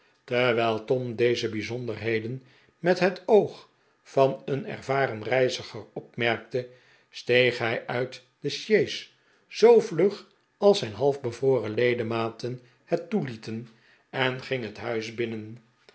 terwijl tom deze bijzonderheden met het oog van een ervaren reiziger opmerkte steeg hij uit de sjees zoo vlug als zijn halfbevroren ledematen het toelieten en ging het huis binnen